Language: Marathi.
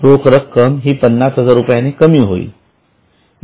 रोख रक्कम ही ५०००० रूपयाने कमी होईल